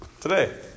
today